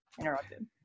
interrupted